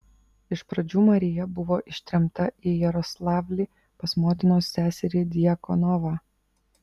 iš pradžių marija buvo ištremta į jaroslavlį pas motinos seserį djakonovą